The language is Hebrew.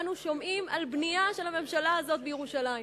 אנו שומעים על בנייה של הממשלה הזאת בירושלים.